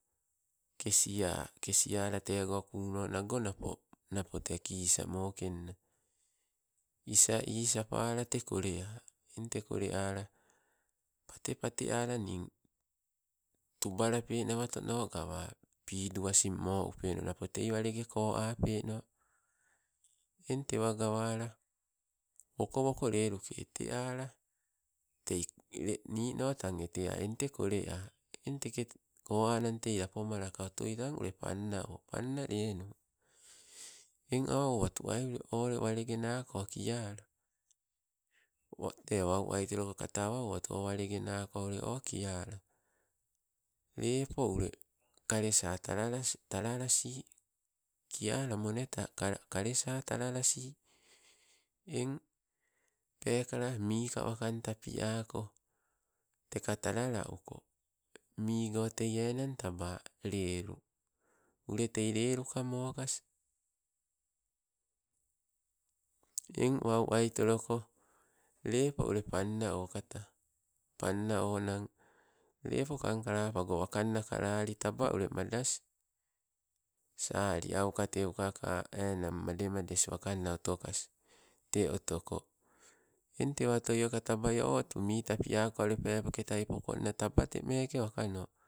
Kesia, kesiala tego kuuno nago napo, napo tee kisa mokenna isa isapala tee kolea, eng te kole ala, pate pate ala ning tubalapenawa to no pawa. Pidu asing mo upeno napo tei walenge ko apeno, eng tewa gawala, woko woko leluke ete ala tee nino tang etea eng tee kolea, eng teke, ko anang tei lipoma laka tang ule panna o, panna lenu eng awa owatu an, o ule walegenako kiala wau te wau aitoloko kata awa owatu kiala, lepo ule kalesa talalas, talalasi. Kia lamone ta ka kalesa talalasi, eng peekala mii wakang tapiako, teka talala uko, mii go tei enang taba lelu. Ule tei leluka mokas, eng wau aitoloko lepo ule pannao kata, panna onang lepo kangkalapago wankanna ka lali taba ule madas, sali auka teuka ka, enang mademades otokas, te otoko, eng, tewa otoia katabaio awa owatu mii tabiakoka ule pepoketai pokonna tee meke wakano.